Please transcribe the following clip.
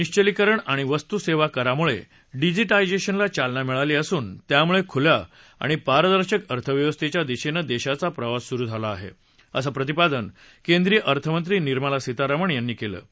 निश्वलिकरण आणि वस्तू सेवा करामुळे डिजिटायझेशनला चालना मिळाली असून त्यामुळे खुल्या आणि पारदर्शक अर्थव्यवस्थेच्या दिशेनं देशाचा प्रवास सुरू झाला आहे असं प्रतिपादन केंद्रीय अर्थमंत्री निर्मला सीतारमण यांनी केलं आहे